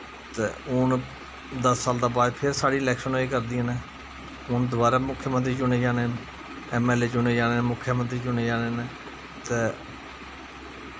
ते हून फिर दस साल दे बाद फिर इलैक्शन होए करदी हून हून द्वारै मुक्खमैंतरी चुने जाने न ऐम्म ऐल्ल ए चुने जाने न मुक्खमैंतरी चुने जाने न ते